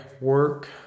work